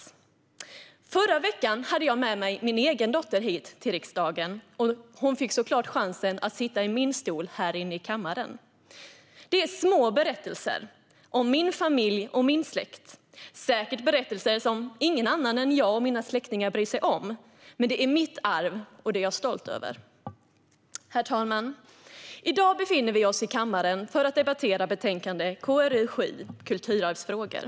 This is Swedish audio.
I förra veckan hade jag med mig min egen dotter hit till riksdagen. Hon fick såklart chansen att sitta i min stol här inne i kammaren. Det är små berättelser om min familj och släkt - säkert berättelser som ingen annan än jag och mina släktingar bryr sig om. Men det är mitt arv, och det är jag stolt över. Herr talman! I dag befinner vi oss i kammaren för att diskutera betänkandet KrU7 Kulturarvsfrågor .